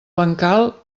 bancal